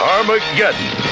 Armageddon